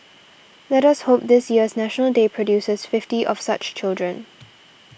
let us hope this year's National Day produces fifty of such children